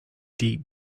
deep